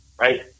right